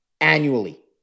annually